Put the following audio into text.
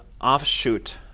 offshoot